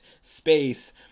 space